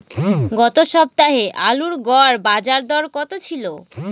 গত সপ্তাহে আলুর গড় বাজারদর কত ছিল?